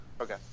Okay